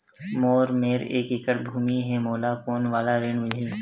मोर मेर एक एकड़ भुमि हे मोला कोन वाला ऋण मिलही?